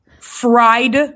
fried